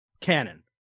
canon